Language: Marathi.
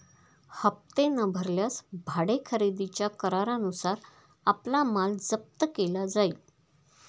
हप्ते न भरल्यास भाडे खरेदीच्या करारानुसार आपला माल जप्त केला जाईल